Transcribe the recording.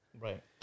Right